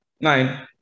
Nine